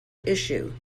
issue